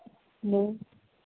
hello